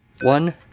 One